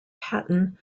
hatton